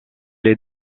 est